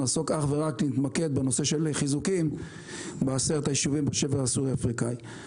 נתמקד אך ורק בנושא של חיזוקים ב-10 היישובים בשבר הסורי-אפריקני.